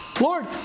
Lord